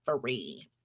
Free